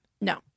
No